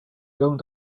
going